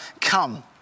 come